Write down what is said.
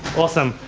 awesome.